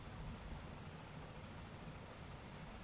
বিসেসভাবে তইয়ার আগাছানাসকলে ফসলের কতকটা হল্যেও বেদম ক্ষতি হয় নাই